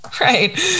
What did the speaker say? right